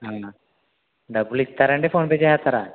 డబ్బులు ఇస్తారండి PhonePe చేసేస్తారా